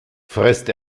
frisst